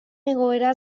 egoera